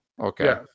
okay